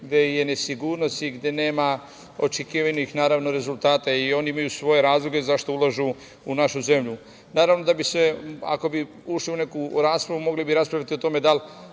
gde je nesigurnost i gde nema očekivanih rezultata i oni imaju svoje razloge zašto ulažu u našu zemlju. Ako bi ušli u neku raspravu, mogli bi raspravljati o tome da li